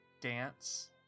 dance